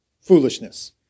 foolishness